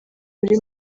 uri